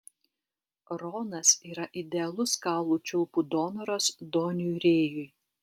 ronas yra idealus kaulų čiulpų donoras doniui rėjui